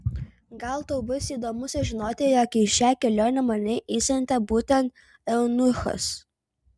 gal tau bus įdomu sužinoti jog į šią kelionę mane išsiuntė būtent eunuchas